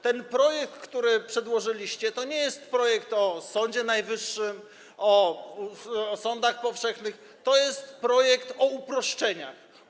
Ten projekt, który przedłożyliście, to nie jest projekt o Sądzie Najwyższym, o sądach powszechnych, to jest projekt o uproszczeniach.